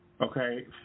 Okay